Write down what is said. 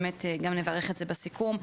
באמת גם נברך את זה בסיכום.